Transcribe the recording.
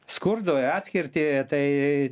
skurdo į atskirtį tai